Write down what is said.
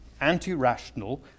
anti-rational